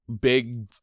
big